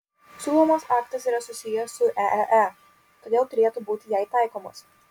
siūlomas aktas yra susijęs su eee todėl turėtų būti jai taikomas